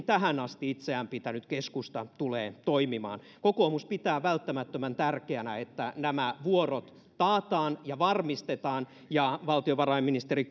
tähän asti itseään pitänyt keskusta tulee toimimaan kokoomus pitää välttämättömän tärkeänä että nämä vuorot taataan ja varmistetaan ja valtiovarainministeri